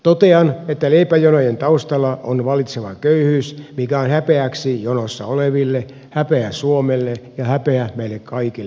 totean että leipäjonojen taustalla on vallitseva köyhyys mikä on häpeäksi jonossa oleville häpeä suomelle ja häpeä meille kaikille